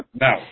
Now